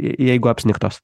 jeigu apsnigtos